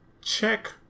check